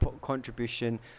contribution